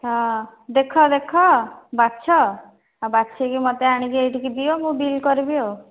ହଁ ଦେଖ ଦେଖ ବାଛ ଆଉ ବାଛିକି ମୋତେ ଆଣିକି ଏଇଠିକୁ ଦିଅ ମୁଁ ବିଲ୍ କରିବି ଆଉ